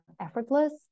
effortless